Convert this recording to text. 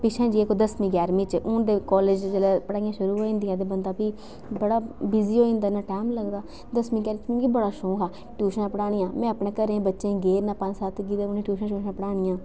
पिच्छै जेह् कोई दसमीं ञारमीं च हून ते कॉलेज च जेल्लै पढ़ाइयां शुरू होई जंदियां ते बंदा बी बड़ा बिज़ी होई जंदा इन्ना टाईम निं लगदा दसमीं च मीं बड़ा शौक हा ट्यूशनां पढ़ानियां में अपने घर दे बच्चें गी गेरना पंज सत्त गी ते उ'नेंगी ट्यूशनां श्यूशनां पढ़ानियां